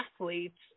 athletes